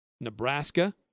Nebraska